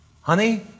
Honey